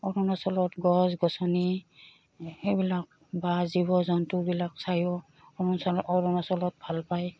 অৰুণাচলত গছ গছনি সেইবিলাক বা জীৱ জন্তুবিলাক চায়ো অৰুণাচলত ভাল পায়